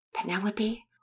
Penelope